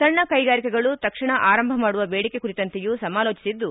ಸಣ್ಣ ಕೈಗಾರಿಕೆಗಳು ತಕ್ಷಣ ಆರಂಭ ಮಾಡುವ ಬೇಡಿಕೆ ಕುರಿತಂತೆಯೂ ಸಮಾಲೋಟಿಸಿದ್ದು